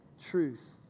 truth